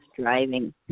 driving